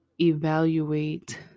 evaluate